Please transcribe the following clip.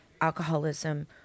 alcoholism